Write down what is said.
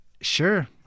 sure